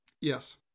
Yes